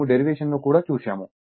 మేము డెరివేషన్ను కూడా చూశాము